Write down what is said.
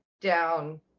down